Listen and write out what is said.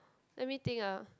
let me think ah